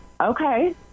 okay